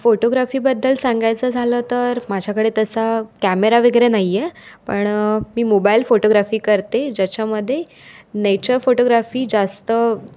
फोटोग्राफीबद्दलं सांगायचं झालं तर माझ्याकडे तसा कॅमेरा वगैरे नाही आहे पण मी मोबाईल फोटोग्राफी करते ज्याच्यामध्ये नेचर फोटोग्राफी जास्त